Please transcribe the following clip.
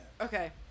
Okay